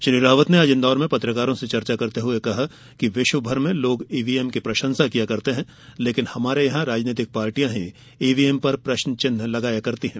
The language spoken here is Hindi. श्री रावत ने आज इंदौर में पत्रकारों से चर्चा करते हुए कहा कि विश्वभर में लोग ईवीएम की प्रशंसा करते हैं लेकिन हमारे यहां राजनीतिक पार्टियां ईवीएम पर प्रश्नचिन्ह लगा रही हैं